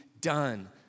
done